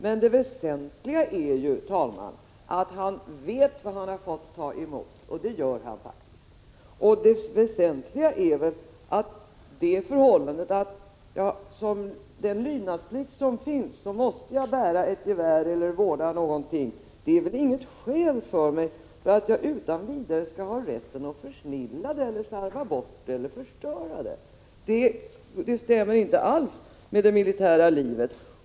Men det väsentliga är ju, herr talman, att han vet vad han har fått ta emot, och det vet han faktiskt. Han vet att med den lydnadsplikt som finns måste han bära ett gevär eller vårda någonting, och det är väl inget skäl för att han utan vidare skall ha rätt att försnilla det, slarva bort eller förstöra det. Det stämmer inte alls med det militära livet.